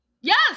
Yes